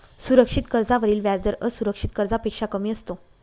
सुरक्षित कर्जावरील व्याजदर असुरक्षित कर्जापेक्षा कमी असतो